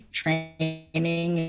training